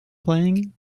playing